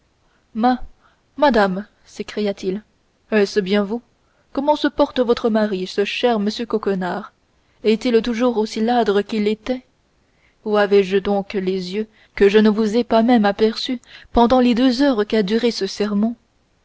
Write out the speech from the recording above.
madame s'écria-t-il est-ce bien vous comment se porte votre mari ce cher monsieur coquenard est-il toujours aussi ladre qu'il était où avais-je donc les yeux que je ne vous ai pas même aperçue pendant les deux heures qu'a duré ce sermon